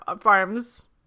farms